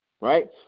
right